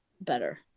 better